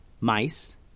mice